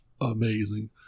amazing